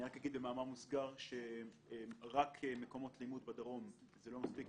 אני רק אגיד במאמר מוסגר שרק מקומות לימוד בדרום זה לא מספיק,